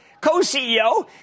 co-CEO